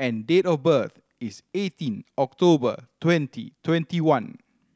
and date of birth is eighteen October twenty twenty one